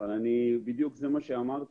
זה בדיוק מה שאמרתי.